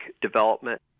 development